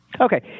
Okay